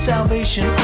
Salvation